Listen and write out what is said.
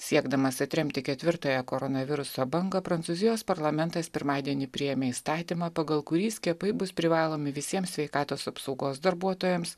siekdamas atremti ketvirtąją koronaviruso bangą prancūzijos parlamentas pirmadienį priėmė įstatymą pagal kurį skiepai bus privalomi visiems sveikatos apsaugos darbuotojams